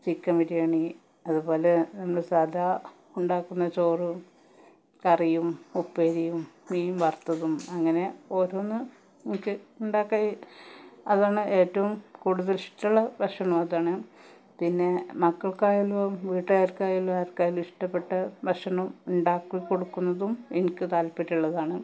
chicken biryani അതുപോലെ നമ്മുടെ സാദാ ഉണ്ടാക്കുന്ന ചോറും കറിയും ഉപ്പേരിയും മീൻ വറുത്തതും അങ്ങനെ ഓരോന്ന് എനിക്ക് ഉണ്ടാക്കി അതാണ് ഏറ്റവും കൂടുതലിഷ്ടമുള്ള ഭക്ഷണവും അതാണ് പിന്നെ മക്കൾക്കായാലും വീട്ടുകാർക്കായാലും ആർക്കായാലും ഇഷ്ടപ്പെട്ട ഭഷണം ഉണ്ടാക്കി കൊടുക്കുന്നതും എനിക്ക് താല്പര്യമുള്ളതാണ്